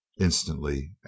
Instantly